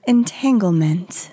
Entanglement